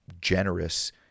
generous